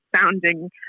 sounding